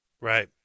right